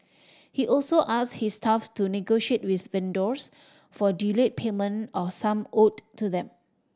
he also asked his staff to negotiate with vendors for delayed payment of sum owed to them